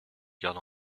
garde